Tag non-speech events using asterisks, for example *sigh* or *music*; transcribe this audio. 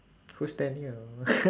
who's daniel *noise*